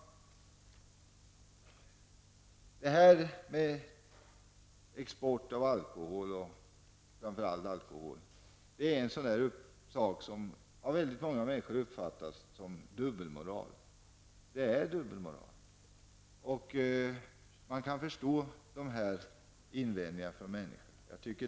Export av alkohol uppfattas av väldigt många människor som en fråga om dubbelmoral. Det handlar om dubbelmoral. Man kan förstå människors invändningar.